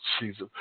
Jesus